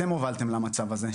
אתם הובלתם למצב הזה.